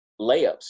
layups